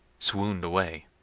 swooned away.